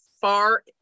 far